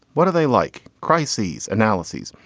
what do they like? crises analysis?